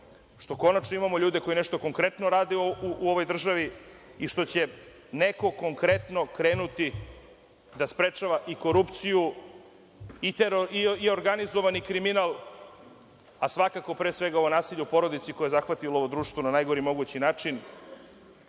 što konačno imamo ljude koji nešto konkretno rade u ovoj državi i što će neko konkretno krenuti da sprečava i korupciju i organizovani kriminal, a svakako, pre svega, ovo nasilje u porodici, koje je zahvatilo društvo na najgori mogući način.